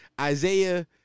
Isaiah